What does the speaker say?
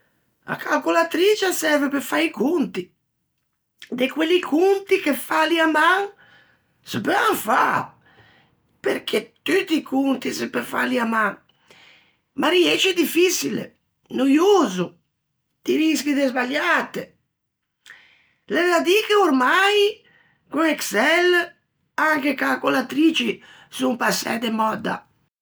A calcolatrice a serve pe fâ i conti, de quelli conti che fâli à man se peuan fâ, perché tutti i conti se peu fâli à man, ma riësce diffçile, noioso, ti rischi de sbaliâte. L'é da dì che ormai con Excel anche e calcolatrici son passæ de mòdda.